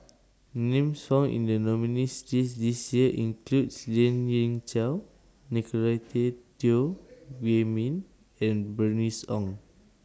Names found in The nominees' list This Year include Lien Ying Chow Nicolette Teo Wei Min and Bernice Ong